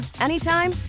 anytime